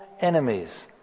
enemies